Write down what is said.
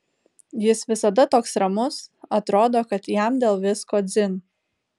jis visada toks ramus atrodo kad jam dėl visko dzin